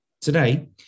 Today